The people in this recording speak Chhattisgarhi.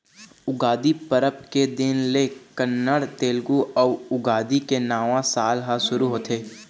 उगादी परब के दिन ले कन्नड़, तेलगु अउ युगादी के नवा साल ह सुरू होथे